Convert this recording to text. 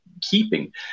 keeping